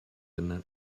innit